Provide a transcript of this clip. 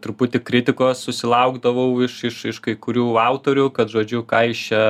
truputį kritikos susilaukdavau iš iš iš kai kurių autorių kad žodžiu ką jis čia